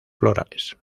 florales